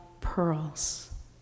pearls